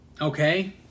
okay